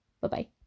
Bye-bye